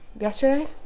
yesterday